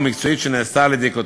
ארוך ומקצועי לעדכון ספר